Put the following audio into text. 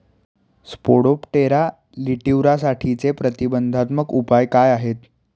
Spodoptera लिट्युरासाठीचे प्रतिबंधात्मक उपाय काय आहेत?